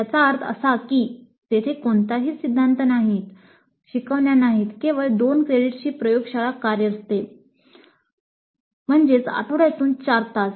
याचा अर्थ असा की तेथे कोणतेही सिद्धांत नाहीत शिकवण्या नाहीत केवळ 2 क्रेडिट्सची प्रयोगशाळा कार्यरतअसते म्हणजे आठवड्यातून चार तास